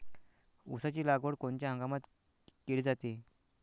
ऊसाची लागवड कोनच्या हंगामात केली जाते?